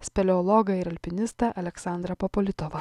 speleologą ir alpinistą aleksandrą popolitovą